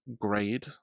grade